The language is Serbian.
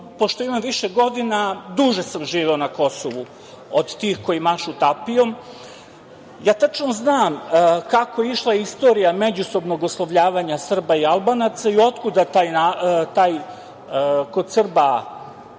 Pošto imam više godina, duže sam živeo na Kosovu od tih koji mašu tapijom. Tačno znam kako je išla istorija međusobnog oslovljavanja Srba i Albanaca i otkuda taj, kod Srba